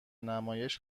نمایش